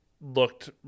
looked